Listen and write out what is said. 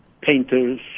painters